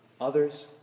Others